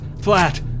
Flat